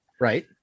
Right